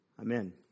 Amen